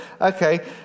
Okay